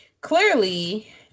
clearly